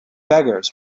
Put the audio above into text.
beggars